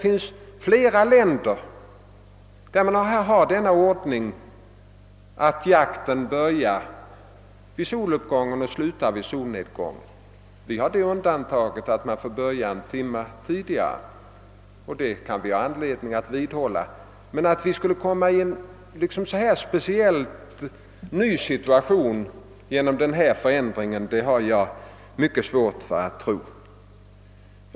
I flera länder har man den ordningen att jakten börjar vid soluppgången och slutar i solnedgången. Vi har det undantaget att man får börja en timme tidigare, och det kan vi ha anledning att vidhålla. Att vi skulle hamna i en så speciell, ny situation genom denna förändring har jag mycket svårt att tro.